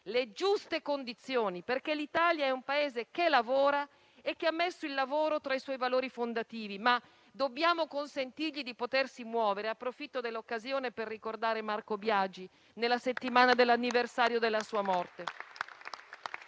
le giuste condizioni. L'Italia è un Paese che lavora e ha messo il lavoro tra i suoi valori fondativi, ma dobbiamo consentirgli di potersi muovere. Approfitto dell'occasione per ricordare Marco Biagi nella settimana dell'anniversario della sua morte.